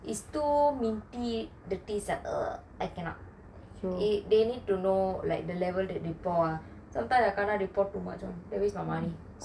is too minty the taste ah I cannot they need to know the level that they pour ah sometimes they pour too much then waste my money